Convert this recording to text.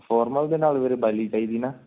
formal ਦੇ ਨਾਲ ਵੀਰੇ ਬੈਲੀ ਚਾਹੀਦੀ ਨਾ